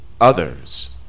others